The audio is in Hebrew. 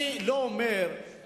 אני לא אומר,